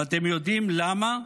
ואתם יודעים למה?